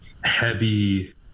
heavy